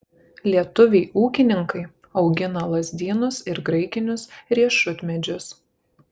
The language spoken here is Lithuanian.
lietuviai ūkininkai augina lazdynus ir graikinius riešutmedžius